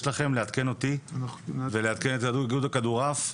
לכם לעדכן אותי ולעדכן את איגוד הכדורעף.